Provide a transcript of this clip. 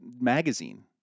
magazine